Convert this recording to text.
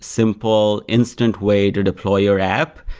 simple, instant way to deploy your app.